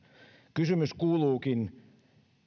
kysymys kuuluukin